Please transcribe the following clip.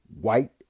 white